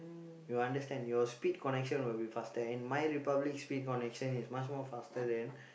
you understand your speed connection will be faster and My-Republic speed connection is much more faster than